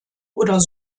und